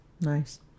Nice